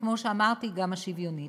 וכמו שאמרתי גם השוויונית.